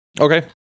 Okay